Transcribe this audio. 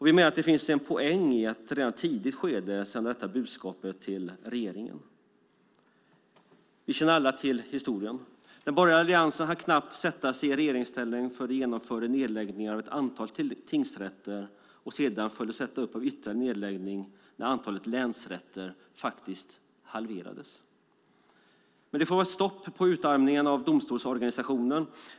Vi menar att det finns en poäng med att redan i ett tidigt skede sända detta budskap till regeringen. Vi känner alla till historien. Den borgerliga alliansen hann knappt sätta sig i regeringsställning förrän de genomförde nedläggningar av ett antal tingsrätter. Sedan följdes detta upp av ytterligare nedläggningar när antalet länsrätter halverades. Men nu får det vara stopp på utarmningen av domstolsorganisationen.